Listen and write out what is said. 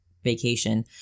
vacation